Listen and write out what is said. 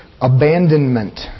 Abandonment